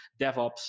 DevOps